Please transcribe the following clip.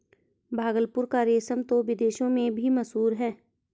भागलपुर का रेशम तो विदेशों में भी मशहूर है